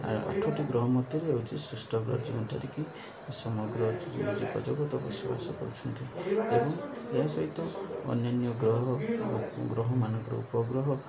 ଆଉ ଆଠଟି ଗ୍ରହ ମଧ୍ୟରେ ହେଉଛି ଯେଉଁଠାରେ କିି ସମଗ୍ରହଉ ଉପଜଗତ ବସବାସ କରୁଛନ୍ତି ଏବଂ ଏହା ସହିତ ଅନ୍ୟାନ୍ୟ ଗ୍ରହ ଗ୍ରହମାନଙ୍କର ଉପଗ୍ରହ